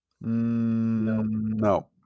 No